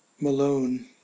malone